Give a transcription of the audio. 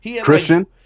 Christian